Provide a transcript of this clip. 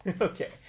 Okay